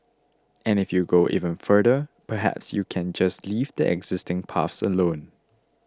and if you go even further perhaps you can just leave the existing paths alone